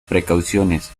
precauciones